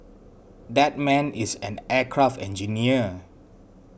that man is an aircraft engineer